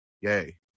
Yay